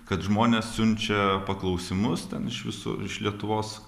kad žmonės siunčia paklausimus ten iš visur iš lietuvos